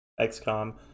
XCOM